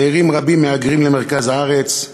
צעירים רבים מהגרים למרכז הארץ,